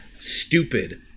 Stupid